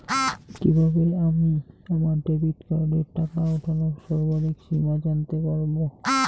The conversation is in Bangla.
কিভাবে আমি আমার ডেবিট কার্ডের টাকা ওঠানোর সর্বাধিক সীমা জানতে পারব?